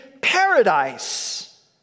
paradise